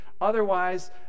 Otherwise